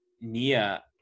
Nia